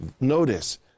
Notice